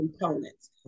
components